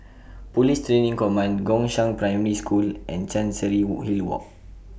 Police Training Command Gongshang Primary School and Chancery Wood Hilly Walk